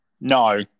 No